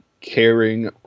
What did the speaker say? caring